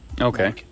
Okay